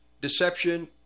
Deception